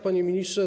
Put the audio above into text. Panie Ministrze!